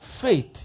faith